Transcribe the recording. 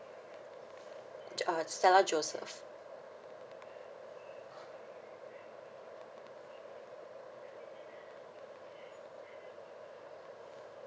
jo~ uh stella joseph